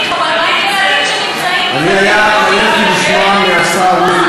השרים, חברי חברי הכנסת, לא צריך שום דבר.